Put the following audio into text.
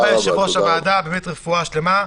תודה רבה, יושב-ראש הוועדה, באמת רפואה שלמה.